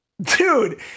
Dude